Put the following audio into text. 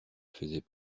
faisait